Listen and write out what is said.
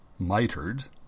mitered